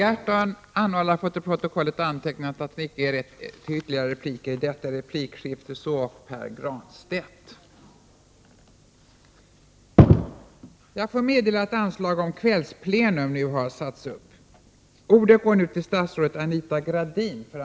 Jag får meddela att anslag nu har satts upp om att detta sammanträde skall fortsätta efter kl. 19.00.